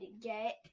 get